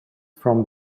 from